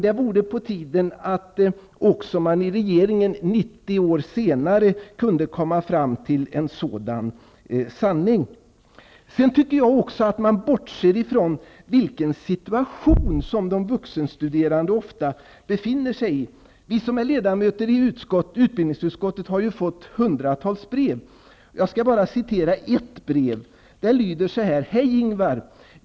Det vore på tiden att man i regeringen 90 år senare kunde komma fram till en sådan sanning. Jag tycker även att man bortser från vilken situation de vuxenstuderande ofta befinner sig i. Vi som är ledamöter i utbildningsutskottet har fått hundratals brev. Jag skall citera ett av dem: ''Hej Ingvar!